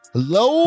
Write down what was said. Hello